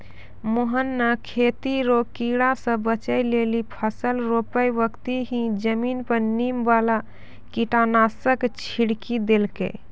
मोहन नॅ खेती रो कीड़ा स बचै लेली फसल रोपै बक्ती हीं जमीन पर नीम वाला कीटनाशक छिड़की देलकै